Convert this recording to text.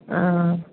ஆ ஆ